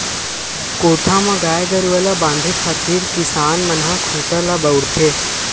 कोठा म गाय गरुवा ल बांधे खातिर किसान मन ह खूटा ल बउरथे